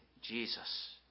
Jesus